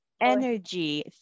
energy